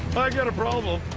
i got a problem.